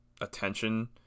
attention